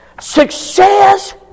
Success